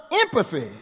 empathy